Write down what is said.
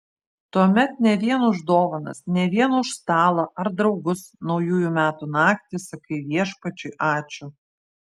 tuomet ne vien už dovanas ne vien už stalą ar draugus naujųjų metų naktį sakai viešpačiui ačiū